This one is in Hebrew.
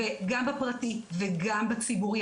גם בפרטי וגם בציבורי,